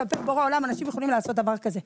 כלפי בורא עולם אנשים יכולים לעשות דבר כזה?